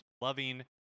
loving